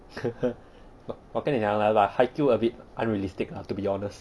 呵呵 but 我跟你讲 lah haikyu a bit unrealistic lah to be honest